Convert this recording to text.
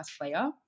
player